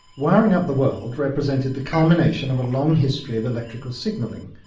wiring up the world represented the culmination of a long history of electrical signalling.